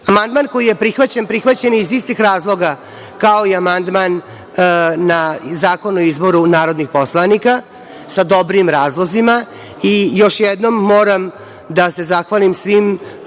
prihvaćen, prihvaćen je iz istih razloga kao i amandman na Zakon o izboru narodnih poslanika, sa dobrim razlozima. Još jednom moram da se zahvalim svim